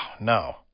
no